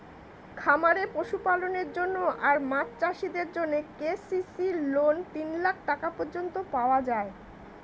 খামারে পশুপালনের জন্য আর মাছ চাষিদের জন্যে কে.সি.সি লোন তিন লাখ টাকা পর্যন্ত পাওয়া যায়